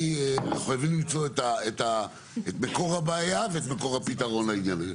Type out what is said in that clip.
אנחנו חייבים למצוא את מקור הבעיה ואת מקור הפתרון לעניין הזה.